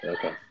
Okay